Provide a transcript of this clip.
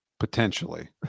Potentially